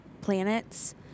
planets